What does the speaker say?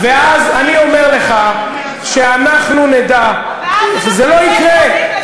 ואז, אני אומר לך שאנחנו נדע, ואז אנחנו נהיה שרים